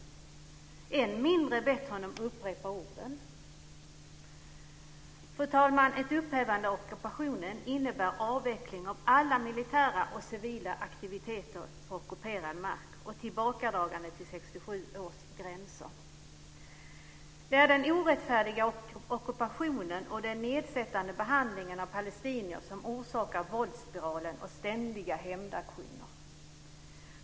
Än mindre har man bett honom upprepa orden. Fru talman! Ett upphävande av ockupationen innebär avveckling av alla militära och civila aktiviteter på ockuperad mark och tillbakadragande till 1967 års gränser. Det är den orättfärdiga ockupationen och den nedsättande behandlingen av palestinier som orsakar våldsspiralen och ständiga hämndaktioner.